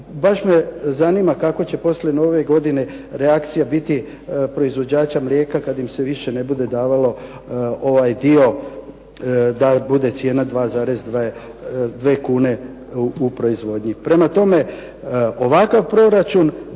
Baš me zanima kako će poslije nove godine reakcija biti proizvođača mlijeka kad im se više ne bude davalo ovaj dio da bude cijena 2,2 kune u proizvodnji. Prema tome, ovakav proračun